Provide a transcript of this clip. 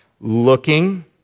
Looking